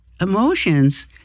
Emotions